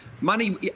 money